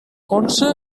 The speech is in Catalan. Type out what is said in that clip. onça